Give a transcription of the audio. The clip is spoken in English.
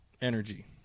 Energy